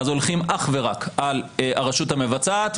אז הולכים אך ורק על הרשות המבצעת.